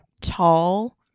tall